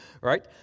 Right